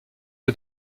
est